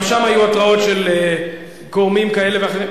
גם שם היו התרעות של גורמים כאלה ואחרים.